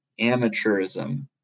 amateurism